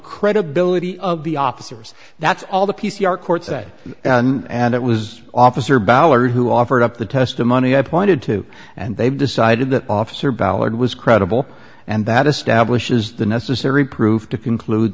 credibility of the officers that's all the p c r court said and it was officer ballard who offered up the testimony i pointed to and they've decided that officer ballard was credible and that establishes the necessary proof to conclude